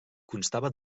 constava